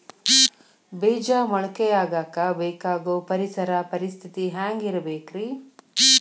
ಬೇಜ ಮೊಳಕೆಯಾಗಕ ಬೇಕಾಗೋ ಪರಿಸರ ಪರಿಸ್ಥಿತಿ ಹ್ಯಾಂಗಿರಬೇಕರೇ?